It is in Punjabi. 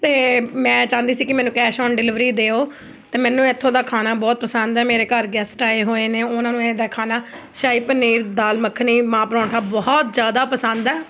ਅਤੇ ਮੈਂ ਚਾਹੁੰਦੀ ਸੀ ਕਿ ਮੈਨੂੰ ਕੈਸ਼ ਔਨ ਡਿਲੀਵਰੀ ਦਿਉ ਅਤੇ ਮੈਨੂੰ ਇੱਥੋਂ ਦਾ ਖਾਣਾ ਬਹੁਤ ਪਸੰਦ ਹੈ ਮੇਰੇ ਘਰ ਗੈਸਟ ਆਏ ਹੋਏ ਨੇ ਉਹਨਾਂ ਨੂੰ ਇਹਦਾ ਖਾਣਾ ਸ਼ਾਹੀ ਪਨੀਰ ਦਾਲ ਮੱਖਣੀ ਮਾਂਹ ਪਰੌਂਠਾ ਬਹੁਤ ਜ਼ਿਆਦਾ ਪਸੰਦ ਹੈ